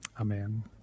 Amen